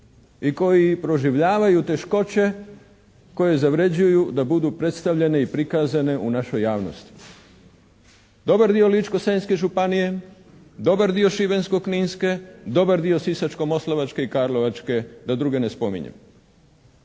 i koji proživljavaju teškoće koje zavređuju da budu predstavljene i prikazane u našoj javnosti. Dobar dio Ličko-senjske županije, dobar dio Šibensko-kninske, dobar dio Sisačko-moslavačke i Karlovačke, da druge ne spominjem.